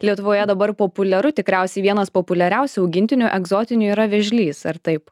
lietuvoje dabar populiaru tikriausiai vienas populiariausių augintinių egzotinių yra vėžlys ar taip